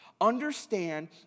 understand